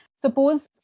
Suppose